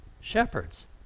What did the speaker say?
shepherds